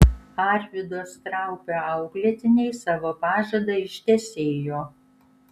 arvydo straupio auklėtiniai savo pažadą ištesėjo